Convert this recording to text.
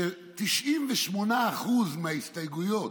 במיוחד ש-98% מההסתייגויות,